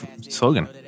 slogan